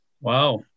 wow